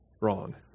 wrong